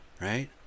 right